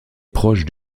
proche